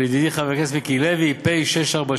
של ידידי חבר הכנסת מיקי לוי, פ/646,